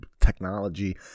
technology